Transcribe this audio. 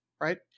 right